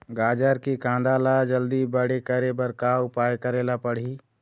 गाजर के कांदा ला जल्दी बड़े करे बर का उपाय करेला पढ़िही?